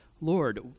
Lord